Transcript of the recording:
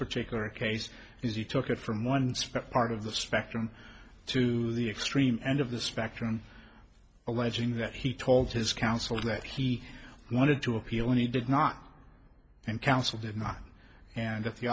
particular case is he took it from one spare part of the spectrum to the extreme end of the spectrum alleging that he told his counsel that he wanted to appeal and he did not and counsel did not and that the